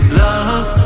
love